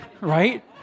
Right